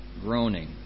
groaning